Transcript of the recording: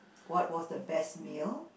what was the best meal